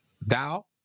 Thou